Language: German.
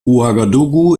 ouagadougou